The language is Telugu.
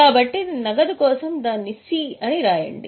కాబట్టి నగదు కోసం దాని 'C' అని రాయండి